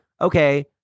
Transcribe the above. okay